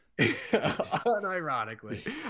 unironically